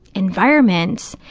environment,